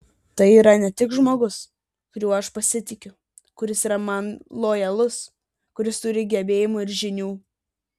tai yra ne tik žmogus kuriuo aš pasitikiu kuris yra man lojalus kuris turi gebėjimų ir žinių